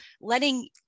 letting